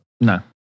No